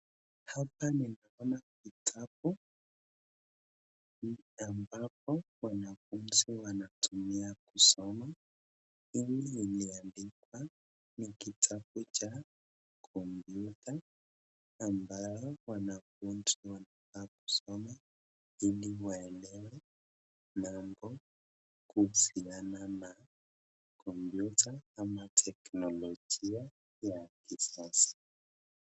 Hapa ninaona kitabu ambapo wanafunzi wanatumia kusoma. Hii ni imeandikwa ni kitabu cha kompyuta ambacho wanafunzi wanakaa kusoma ili waelewe mambo kuhusiana na kompyuta ama teknolojia ya kisasa.